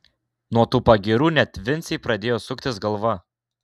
nuo tų pagyrų net vincei pradėjo suktis galva